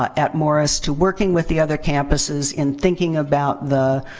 ah at morris, to working with the other campuses in thinking about the